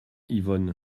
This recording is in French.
yvonne